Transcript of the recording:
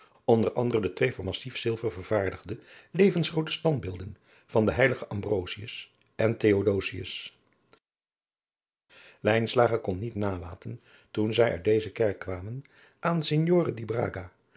onder anderen de twee van massief zilver vervaar digde levensgroote standbeelden van de heiligen ambrosius en theodosius lijnslager kon niet nalaten toen zij uit deze kerk kwamen aan